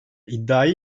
iddiayı